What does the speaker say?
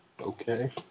okay